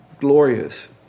glorious